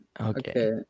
Okay